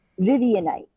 Vivianite